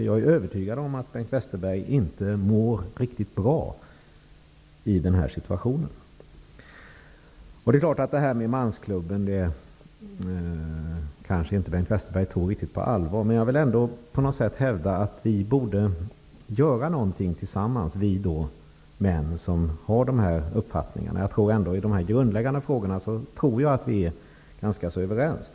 Jag är övertygad om att Bengt Westerberg inte mår riktigt bra i den här situationen. Bengt Westerberg kanske inte tog talet om mansklubben riktigt på allvar, men jag vill ändå hävda att vi män som har samma uppfattningar borde göra något tillsammans. Jag tror att vi i de grundläggande frågorna är ganska överens.